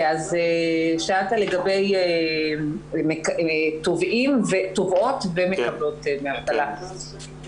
שאלת לגבי תובעות ומקבלות דמי אבטלה.